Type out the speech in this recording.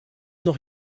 noch